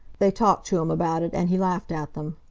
they talked to him about it and he laughed at them.